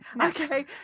Okay